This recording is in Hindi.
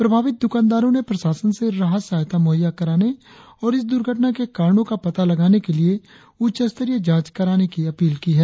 प्रभावित दुकानदारों ने प्रशासन से राहत सहायता मुहैय्या कराने और इस दुर्घटना के कारणों का पता लगाने के लिए उच्चस्तरीय जांच कराने की अपील की है